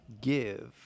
give